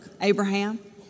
Abraham